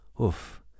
oof